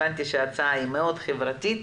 הבנתי שההצעה מאוד חברתית.